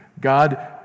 God